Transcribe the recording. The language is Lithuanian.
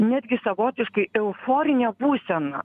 netgi savotiškai euforine būsena